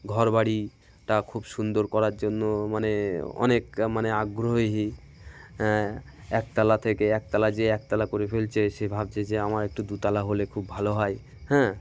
ঘর বাড়িটা খুব সুন্দর করার জন্য মানে অনেক মানে আগ্রহী হ্যাঁ একতলা থেকে একতলা যে একতলা করে ফেলছে সে ভাবছে যে আমার একটু দুতলা হলে খুব ভালো হয় হ্যাঁ